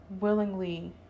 willingly